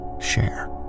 share